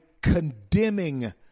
condemning